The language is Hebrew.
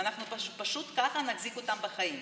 אנחנו פשוט כך נחזיק אותם בחיים.